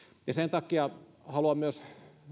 sen takia haluan myös nostaa